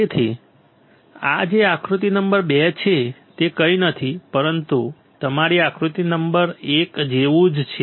તેથી આ જે આકૃતિ નંબર 2 છે તે કંઈ નથી પરંતુ તમારી આકૃતિ નંબર એક જેવું જ છે